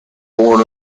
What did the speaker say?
born